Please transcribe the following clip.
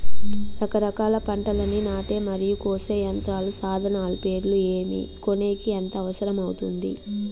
రకరకాల పంటలని నాటే మరియు కోసే యంత్రాలు, సాధనాలు పేర్లు ఏమి, కొనేకి ఎంత అవసరం అవుతుంది?